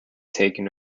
taken